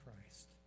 Christ